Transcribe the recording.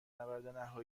نبرد